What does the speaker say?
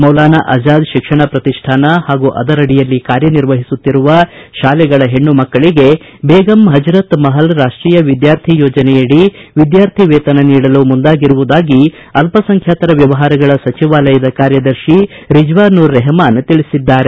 ಮೌಲಾನಾ ಅಜಾದ್ ಶಿಕ್ಷಣ ಪ್ರತಿಷ್ಠಾನ ಹಾಗೂ ಅದರಡಿಯಲ್ಲಿ ಕಾರ್ಯನಿರ್ವಹಿಸುತ್ತಿರುವ ಶಾಲೆಗಳ ಹೆಣ್ಣು ಮಕ್ಕಳಿಗೆ ಬೇಗಂ ಆಜರತ್ ಮಪಲ್ ರಾಷ್ಷೀಯ ವಿದ್ಯಾರ್ಥಿ ಯೋಜನೆಯಡಿ ವಿದ್ಯಾರ್ಥಿ ವೇತನ ನೀಡಲು ಮುಂದಾಗಿರುವುದಾಗಿ ಅಲ್ಪಸಂಖ್ಯಾತರ ವ್ಯವಹಾರಗಳ ಸಚಿವಾಲದ ಕಾರ್ಯದರ್ಶಿ ರಿಜ್ವಾನೂರ್ ರೆಹಮಾನ್ ತಿಳಿಸಿದ್ದಾರೆ